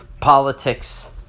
politics